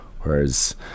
Whereas